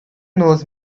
knows